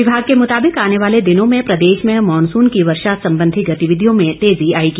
विभाग के मुताबिक आने वाले दिनों में प्रदेश में मॉनसून की वर्षा संबंधी गतिविधियों में तेजी आएगी